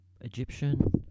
Egyptian